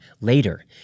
Later